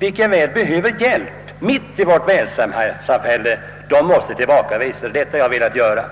som väl behöver hjälp mitt i vårt välfärdssamhälle måste emellertid tillbakavisas, och det är detta jag har velat göra.